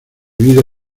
vida